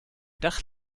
dach